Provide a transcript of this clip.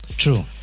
True